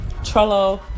Trello